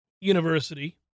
University